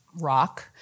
rock